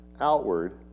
outward